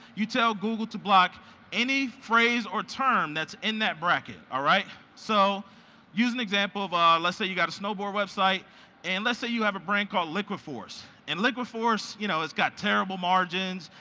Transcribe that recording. you tell google to block any phrase or term that's in that bracket. so use an example of, um let's say you got a snowboard website and let's say you have a brand called liquid force, and liquid force, you know it's got terrible margins,